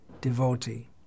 devotee